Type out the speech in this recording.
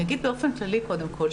אגיד באופן כללי קודם כל,